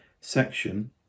section